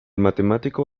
matemático